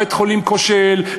בית-החולים כושל,